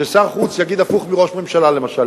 ששר החוץ יגיד הפוך מראש הממשלה, למשל.